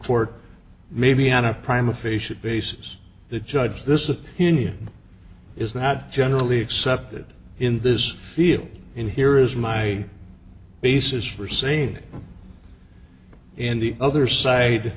court maybe on a prime aphasia basis that judge this is india is not generally accepted in this field in here is my basis for saying and the other side